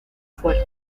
fuerte